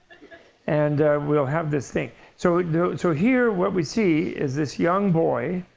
and we'll have this thing. so so here what we see is this young boy,